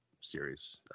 series